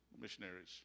missionaries